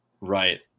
Right